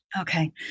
Okay